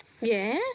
Yes